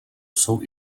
jsou